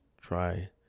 try